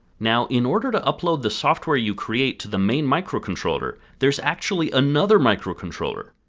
now in order to upload the software you create to the main microcontroller, there's actually another microcontroller!